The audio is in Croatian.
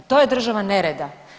A to je država nereda.